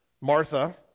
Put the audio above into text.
Martha